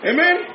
Amen